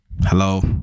Hello